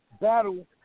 battle